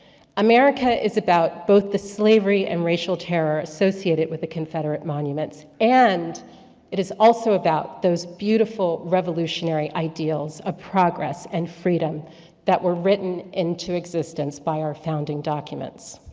america is about both the slavery, and racial terror associated with the confederate monument, and it is also about those beautiful, revolutionary ideals of progress, and freedom that were written into existence by our founding documents.